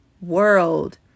world